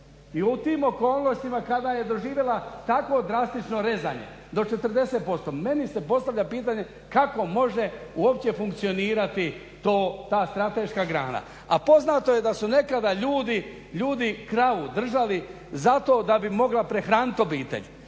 I u tim okolnostima kada je doživjela tako drastično rezanje do 40% meni se postavlja pitanje kako može uopće funkcionirati ta strateška grana. A poznato je da su nekada ljudi kravu držali zato da bi mogla prehraniti obitelj,